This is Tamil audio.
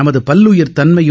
நமது பல்லுயிர் தன்மையும்